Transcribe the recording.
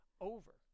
over